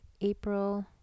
April